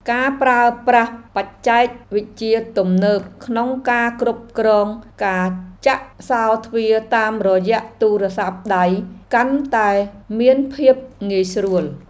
ការប្រើប្រាស់បច្ចេកវិទ្យាទំនើបក្នុងការគ្រប់គ្រងការចាក់សោរទ្វារតាមរយៈទូរស័ព្ទដៃកាន់តែមានភាពងាយស្រួល។